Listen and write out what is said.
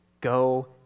go